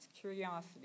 curiosity